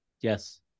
yes